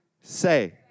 say